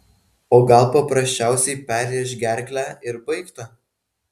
o gal paprasčiausiai perrėš gerklę ir baigta